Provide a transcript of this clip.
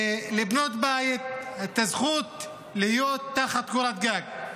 לבנות בית, את הזכות להיות תחת קורת גג.